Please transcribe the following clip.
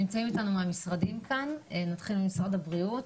נמצאים איתנו מהמשרדים כאן, נתחיל ממשרד הבריאות.